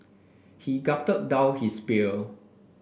he gulped down his beer